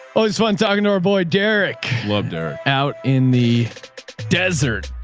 oh, it's fun. talking to her boy. derek loved her out in the desert.